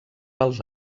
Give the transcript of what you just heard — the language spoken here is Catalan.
als